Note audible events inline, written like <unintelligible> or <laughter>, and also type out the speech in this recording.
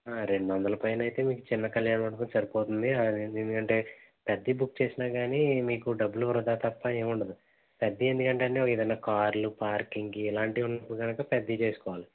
రెండు వందల పైన అయితే మీకు చిన్న కళ్యాణ మండపం సరిపోతుంది <unintelligible> ఎందుకంటే పెద్దయి బుక్ చేసినా గానీ మీకు డబ్బులు వృధా తప్ప ఏం ఉండదు పెద్దవి ఎందుకంటే అండి ఏదన్న కార్లు పార్కింగ్కి ఇలాంటివి ఉన్నపుడు గనుక పెద్దవి చేసుకోవాలి